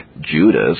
Judas